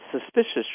suspicious